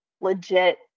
legit